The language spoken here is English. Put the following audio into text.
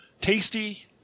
Tasty